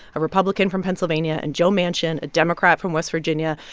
a republican from pennsylvania, and joe manchin, a democrat from west virginia,